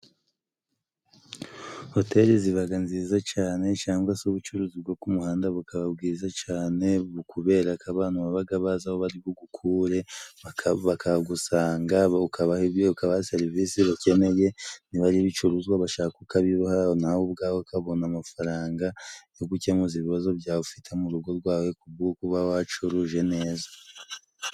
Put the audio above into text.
Hoteli zibaga nziza cane cangwa se ubucuruzi bwo ku muhanda bukaba bwiza cane, kubera ko abantu babaga bazi aho bari bugukure, bakahagusanga ukabaha serivisi bakeneye, niba ari ibicuruzwa bashaka ukabibaha, nawe ubwawe ukabona amafaranga yo gukemuza ibibazo byawe ufite mu rugo rwawe kuko uba wacuruje neza.